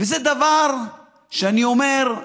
וזה דבר שאני אומר,